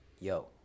yo